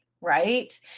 right